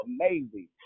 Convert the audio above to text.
amazing